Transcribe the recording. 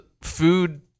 food